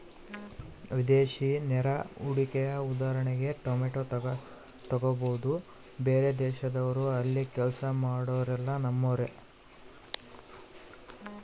ವಿದೇಶಿ ನೇರ ಹೂಡಿಕೆಯ ಉದಾಹರಣೆಗೆ ಟೊಯೋಟಾ ತೆಗಬೊದು, ಬೇರೆದೇಶದವ್ರು ಅಲ್ಲಿ ಕೆಲ್ಸ ಮಾಡೊರೆಲ್ಲ ನಮ್ಮರೇ